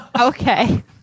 okay